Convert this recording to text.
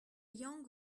young